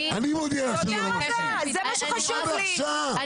אני מעוניין לעשות את זה מספיק.